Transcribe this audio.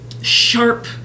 sharp